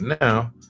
now